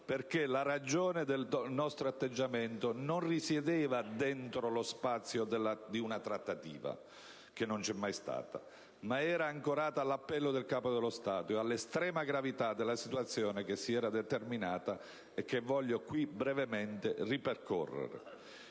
perché la ragione del nostro atteggiamento non risiedeva dentro lo spazio di una trattativa, che non c'è mai stata, ma era ancorata all'appello del Capo dello Stato e all'estrema gravità della situazione che si era determinata e che voglio qui brevemente ripercorrere.